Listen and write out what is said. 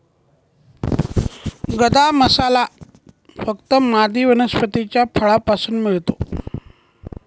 गदा मसाला फक्त मादी वनस्पतीच्या फळापासून मिळतो